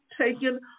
taken